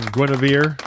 Guinevere